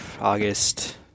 August